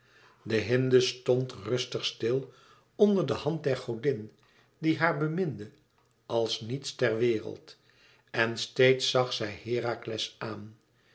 de hinde stond rustig stil onder de hand der godin die haar beminde als niets ter wereld en steeds zag zij herakles aan